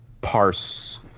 parse